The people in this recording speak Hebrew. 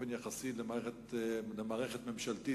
באופן יחסי למערכת ממשלתית,